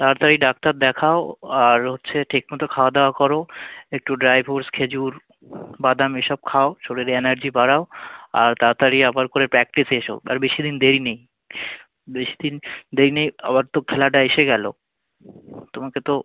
তাড়াতাড়ি ডাক্তার দেখাও আর হচ্ছে ঠিক মতো খাওয়া দাওয়া করো একটু ড্রাই ফ্রুটস খেজুর বাদাম এসব খাও শরীরে এনার্জি বাড়াও আর তাড়াতাড়ি আবার করে প্র্যাকটিসে এসো আর বেশি দিন দেরি নেই বেশি দিন দেরি নেই আবার তো খেলাটা এসে গেলো তোমাকে তো